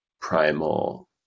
primal